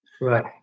Right